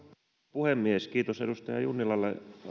puhemies kiitos edustaja junnilalle